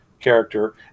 character